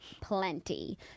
plenty